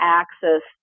access